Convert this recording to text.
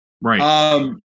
Right